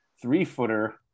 three-footer